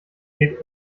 geht